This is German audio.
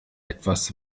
etwas